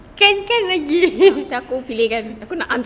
can can lagi